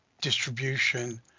distribution